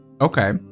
Okay